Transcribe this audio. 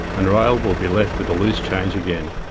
and rail will be left with the loose change again.